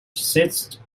sits